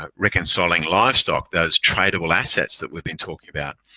ah reconciling livestock. those tradable assets that we've been talking about.